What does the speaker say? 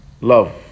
love